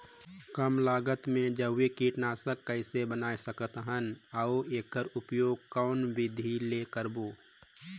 कम लागत मे जैविक कीटनाशक कइसे बनाय सकत हन अउ एकर उपयोग कौन विधि ले करबो?